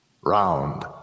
Round